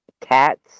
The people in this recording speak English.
cats